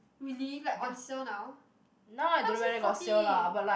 really like on sale now